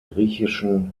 griechischen